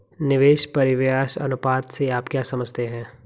निवेश परिव्यास अनुपात से आप क्या समझते हैं?